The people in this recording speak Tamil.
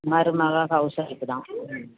மருமகள் ஹவுஸ் வொய்ப்பு தான்